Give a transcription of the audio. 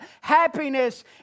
Happiness